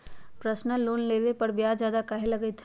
Personal loan लेबे पर ब्याज ज्यादा काहे लागईत है?